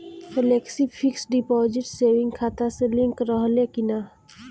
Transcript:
Flexi fix deposit saving खाता से link रहले कि ना?